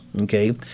Okay